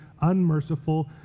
unmerciful